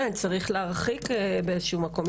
צריך להרחיק באיזה שהוא מקום.